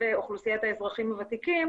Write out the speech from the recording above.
ואוכלוסיית האזרחים הוותיקים,